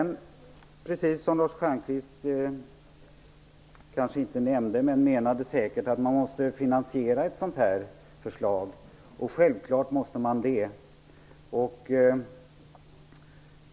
Något som Lars Stjernkvist kanske inte nämnde men säkert menade är att man måste finansiera ett sådant här förslag. Självfallet måste man det.